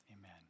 amen